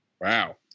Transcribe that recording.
wow